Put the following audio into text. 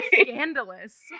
Scandalous